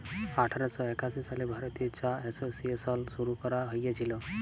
আঠার শ একাশি সালে ভারতীয় চা এসোসিয়েশল শুরু ক্যরা হঁইয়েছিল